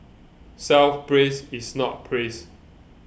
self praise is not praise